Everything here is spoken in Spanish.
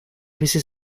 veces